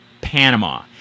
Panama